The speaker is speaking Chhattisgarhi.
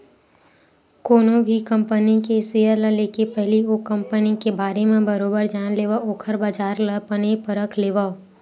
कोनो भी कंपनी के सेयर ल लेके पहिली ओ कंपनी के बारे म बरोबर जान लेवय ओखर बजार ल बने परख लेवय